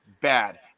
bad